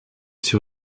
sur